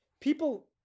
People